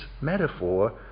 metaphor